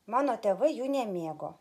mano tėvai jų nemėgo